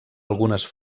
algunes